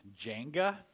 Jenga